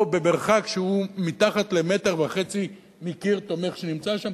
או במרחק שהוא מתחת ל-1.5 מטר מקיר תומך שנמצא שם,